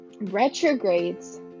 retrogrades